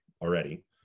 already